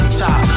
top